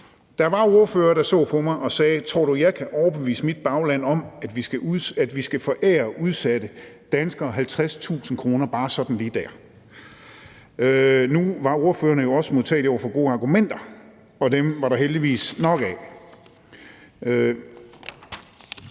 Der var ordførere, der så på mig og sagde: Tror du, at jeg kan overbevise mit bagland om, at vi skal forære udsatte danskere 50.000 kr. bare sådan lige dér? Nu var ordførerne jo også modtagelige over for gode argumenter, og dem var der heldigvis nok af.